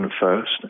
first